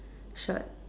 shirt